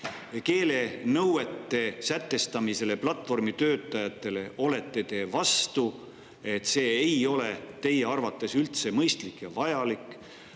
Keelenõuete sätestamisele platvormitöötajatele olete te vastu, see ei ole teie arvates üldse mõistlik ja vajalik.